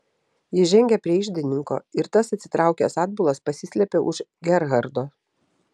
jis žengė prie iždininko ir tas atsitraukęs atbulas pasislėpė už gerhardo